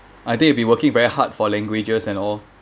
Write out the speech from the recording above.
I think it'd be working very hard for languages and all